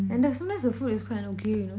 and that someimes the food is quite okay you know